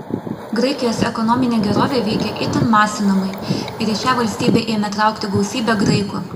graikijos ekonominė gerovė veikė itin masinamai ir į šią valstybę ėmė traukti gausybė graikų